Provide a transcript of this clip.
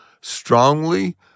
strongly